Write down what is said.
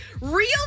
real